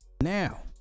now